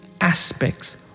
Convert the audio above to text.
aspects